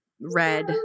red